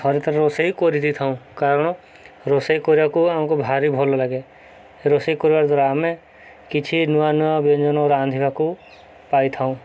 ଥରେ ଥରେ ରୋଷେଇ କରିଦେଇଥାଉ କାରଣ ରୋଷେଇ କରିବାକୁ ଆମକୁ ଭାରି ଭଲ ଲାଗେ ରୋଷେଇ କରିବା ଦ୍ୱାରା ଆମେ କିଛି ନୂଆ ନୂଆ ବ୍ୟଞ୍ଜନ ରାନ୍ଧିବାକୁ ପାଇଥାଉ